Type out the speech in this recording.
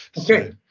okay